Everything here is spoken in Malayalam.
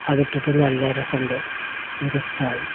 അതിട്ടിട്ട് നല്ല രസമുണ്ട് എക്കിഷ്ടമായി